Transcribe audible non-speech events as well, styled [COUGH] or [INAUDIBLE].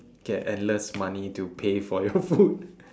get endless money to pay for your food [LAUGHS]